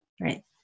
right